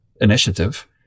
initiative